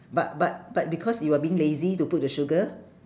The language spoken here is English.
but but but because you were being lazy to put the sugar